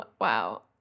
wow